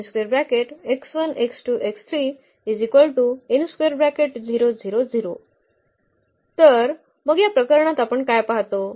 तर मग या प्रकरणात आपण काय पहातो